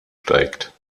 steigt